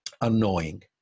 annoying